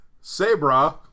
Sabra